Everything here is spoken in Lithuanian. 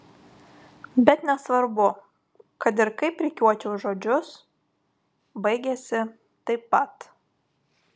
bet nesvarbu kad ir kaip rikiuočiau žodžius baigiasi taip pat